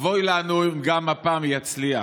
אבוי לנו אם גם הפעם יצליח.